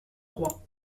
roi